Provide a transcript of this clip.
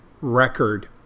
record